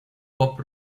pop